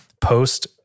post